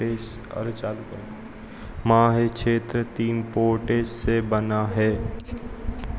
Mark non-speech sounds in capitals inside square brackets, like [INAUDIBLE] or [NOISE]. [UNINTELLIGIBLE] माहे क्षेत्र तीन पोटेस से बना है